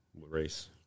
race